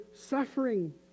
suffering